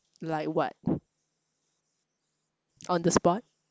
like what on the spot